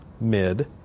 mid